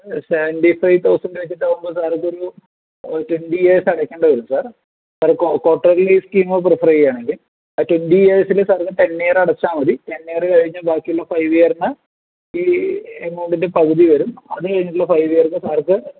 seventy five thousand വച്ചിട്ടു ആക്കുമ്പോൾ സാർക്കൊരു ട്വൻ്റി ഇയേർസ് അടക്കേണ്ടിവരും sir sir quarterly scheme prefer ചെയ്യുകയാണെങ്കിൽ ട്വൻ്റി ഇയേർസിൽ സാർക്ക് ടെൻ ഇയർ അടച്ചാൽ മതി ടെൻ ഇയർ കഴിഞ്ഞു ബാക്കിയുള്ള ഫൈവ് ഇയറിന് ഈ എമൗണ്ടിൻ്റെ പകുതി വരും അതു കഴിഞ്ഞിട്ടുള്ള ഫൈവ് ഇയേർസ് സാർക്ക്